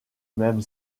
même